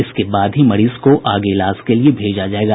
इसके बाद ही मरीज को आगे इलाज के लिए भेजा जायेगा